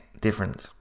different